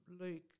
Luke